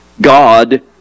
God